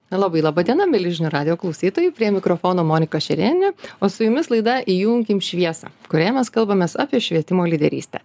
labai laba diena milžino radijo klausytojai prie mikrofono monika šerėnienė o su jumis laida įjunkim šviesą kurioje mes kalbamės apie švietimo lyderystę